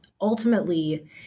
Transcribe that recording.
ultimately